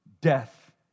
death